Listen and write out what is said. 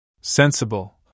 Sensible